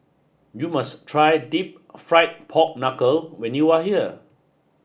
you must try Deep Rried Pork Knuckle when you are here